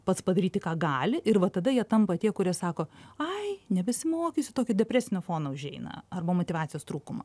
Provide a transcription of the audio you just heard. pats padaryti ką gali ir va tada jie tampa tie kurie sako ai nebesimokysiu tokio depresinio fono užeina arba motyvacijos trūkumo